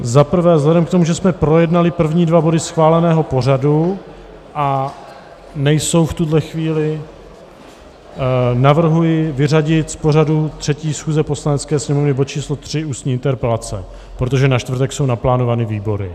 Za prvé, vzhledem k tomu, že jsme projednali první dva body schváleného pořadu a nejsou v tuhle chvíli... navrhuji vyřadit z pořadu 3. schůze Poslanecké sněmovny bod číslo 3 Ústní interpelace, protože na čtvrtek jsou naplánovány výbory.